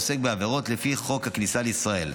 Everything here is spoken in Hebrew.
העוסק בעבירות לפי חוק הכניסה לישראל.